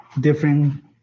different